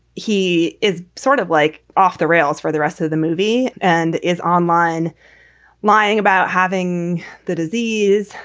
he is sort of like off the rails for the rest of the movie and is online lying about having the disease,